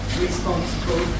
responsible